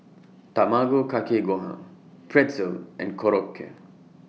Tamago Kake Gohan Pretzel and Korokke